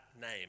name